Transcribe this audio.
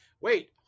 wait